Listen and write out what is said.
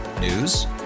News